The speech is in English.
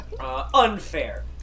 Unfair